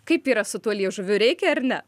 kaip yra su tuo liežuviu reikia ar ne